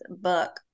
book